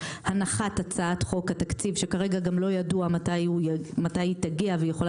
הנחת הצעת חוק התקציב - שכרגע גם לא ידוע מתי היא תגיע והיא יכולה